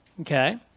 okay